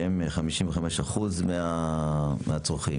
שהם 55% מהצרכים,